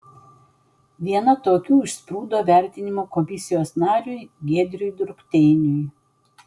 viena tokių išsprūdo vertinimo komisijos nariui giedriui drukteiniui